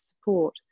support